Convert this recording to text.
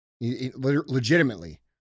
Legitimately